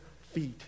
feet